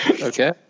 Okay